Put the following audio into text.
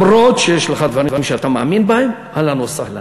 גם אם יש לך דברים שאתה מאמין בהם, אהלן וסהלן,